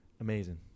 amazing